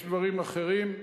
יש דברים אחרים,